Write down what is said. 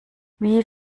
wie